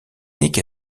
nique